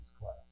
class